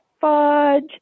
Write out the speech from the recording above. fudge